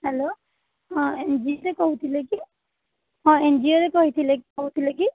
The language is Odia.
ହେଲୋ ହଁ ଏନ୍ ଜି ସି କହୁଥିଲେ କି ହଁ ଏନ୍ଜିଓରୁ କହୁଥିଲେ କି